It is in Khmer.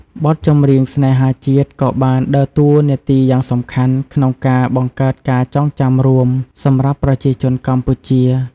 បទចម្រៀងស្នេហាជាតិក៏បានដើរតួនាទីយ៉ាងសំខាន់ក្នុងការ បង្កើតការចងចាំរួម សម្រាប់ប្រជាជនកម្ពុជា។